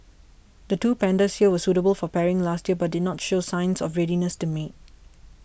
the two pandas here were suitable for pairing last year but did not show signs of readiness to mate